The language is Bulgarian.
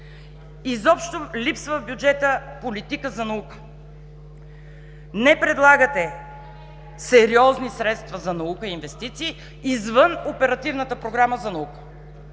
изобщо липсва политика за наука. Не предлагате сериозни средства за наука и инвестиции извън Оперативната програма „Наука